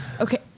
Okay